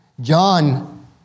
John